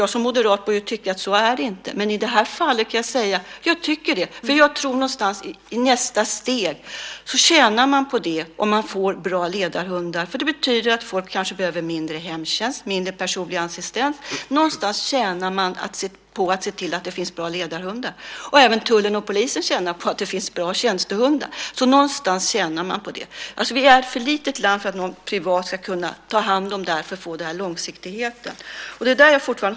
Jag som moderat bör tycka att det inte är så, men i det här fallet kan jag säga att jag tycker det. Jag tror någonstans att man tjänar i nästa steg på att man får bra ledarhundar, för det betyder att folk kanske behöver mindre hemtjänst och mindre personlig assistans. Även tullen och polisen tjänar på att det finns bra tjänstehundar. Sverige är ett för litet land för att någon privat ska kunna ta hand om det här för att få långsiktighet.